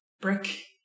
brick